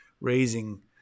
raising